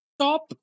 top